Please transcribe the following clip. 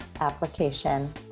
application